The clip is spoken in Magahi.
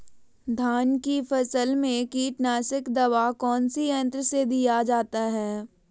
धान की फसल में कीटनाशक दवा कौन सी यंत्र से दिया जाता है?